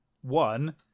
One